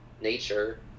nature